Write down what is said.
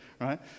right